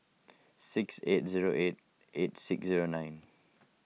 six eight zero eight eight six zero nine